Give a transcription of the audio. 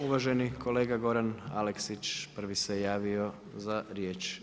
Uvaženi kolega Goran Aleksić prvi se javio za riječ.